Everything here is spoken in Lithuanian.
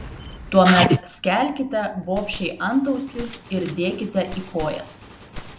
tuomet skelkite bobšei antausį ir dėkite į kojas